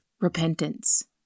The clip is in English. repentance